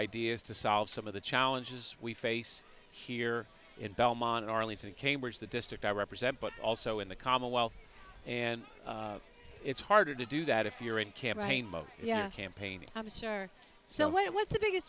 ideas to solve some of the challenges we face here in belmont arlington cambridge the district i represent but also in the commonwealth and it's harder to do that if you're in campaign mode yet campaign i'm sure so what was the biggest